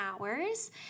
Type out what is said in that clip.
hours